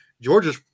georgia